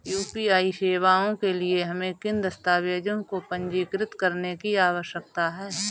UPI सेवाओं के लिए हमें किन दस्तावेज़ों को पंजीकृत करने की आवश्यकता है?